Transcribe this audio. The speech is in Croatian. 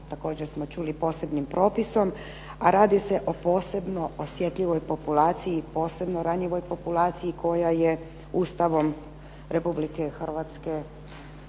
također smo čuli posebnim propisom, a radi se o posebno osjetljivoj populaciji i posebno ranjivom populaciji koja je Ustavom Republike Hrvatske